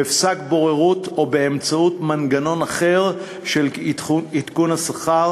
בפסק בוררות או באמצעות מנגנון אחר של עדכון השכר.